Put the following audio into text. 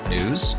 News